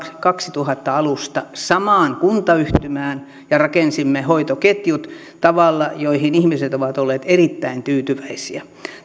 kaksituhatta alusta samaan kuntayhtymään ja rakensimme hoitoketjut tavalla joihin ihmiset ovat olleet erittäin tyytyväisiä